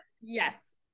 yes